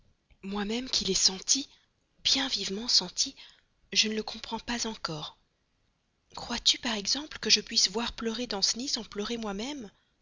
moi-même qui l'ai senti bien vivement senti je ne le comprends pas encore crois-tu par exemple que je puisse voir pleurer danceny sans pleurer moi-même